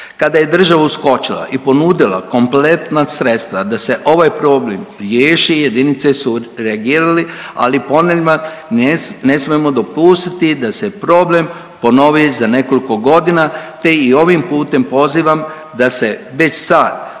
Kada je država uskočila i ponudila kompletna sredstva da se ovaj problem riješi jedinice su reagirali, ali ponavljam ne smijemo dopustiti da se problem ponovi za nekoliko godina, te i ovim putem pozivam da se već sad